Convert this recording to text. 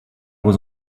was